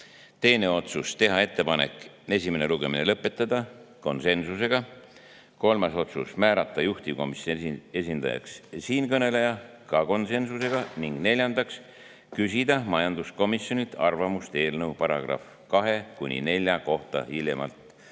Teine otsus: teha ettepanek esimene lugemine lõpetada, konsensusega. Kolmas otsus: määrata juhtivkomisjoni esindajaks siinkõneleja, ka konsensusega. Ning neljas [otsus]: küsida majanduskomisjonilt arvamust eelnõu §‑de 2–4 kohta hiljemalt